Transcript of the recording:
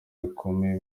rukomeye